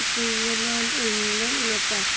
Switzerland England Nepal